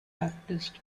baptist